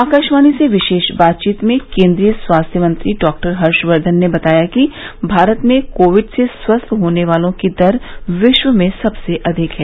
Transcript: आकाशवाणी से विशेष बातचीत में केन्द्रीय स्वास्थ्य मंत्री डॉक्टर हर्षवर्धन ने बताया कि भारत में कोविड से स्वस्थ होने वालों की दर विश्व में सबसे अधिक है